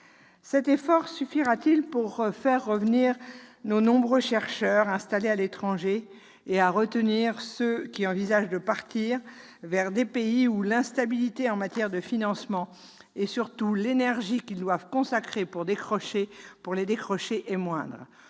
autant, suffira-t-il à faire revenir nos nombreux chercheurs installés à l'étranger et à retenir ceux qui envisagent de partir vers des pays où l'instabilité en matière de financements et, surtout, l'énergie qu'ils doivent consacrer pour les décrocher est moindre